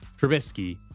Trubisky